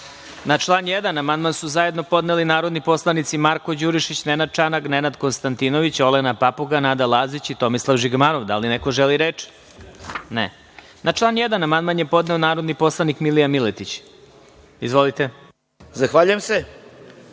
član 1. amandman su zajedno podneli narodni poslanici Marko Đurišić, Nenad Čanak, Nenad Konstantinović, Olena Papuga, Nada Lazić i Tomislav Žigmanov. Da li neko želi reč? (Ne.)Na član 1. amandman je podneo narodni poslanik Milija Miletić. Da li neko želi